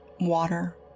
water